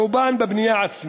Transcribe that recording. רובן בבנייה עצמית.